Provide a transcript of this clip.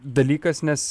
dalykas nes